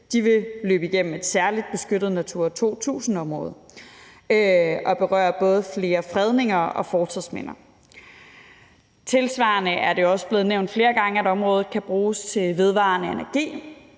De vil løbe igennem et særligt beskyttet Natura 2000-område og berører både flere fredninger og fortidsminder. Tilsvarende er det også blevet nævnt flere gange, at området kan bruges til vedvarende energi.